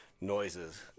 noises